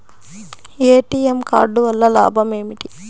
ATM card వల్ల లాభం ఏమిటి?